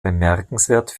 bemerkenswert